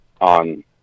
on